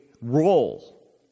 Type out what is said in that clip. role